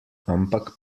ampak